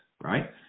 right